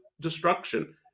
destruction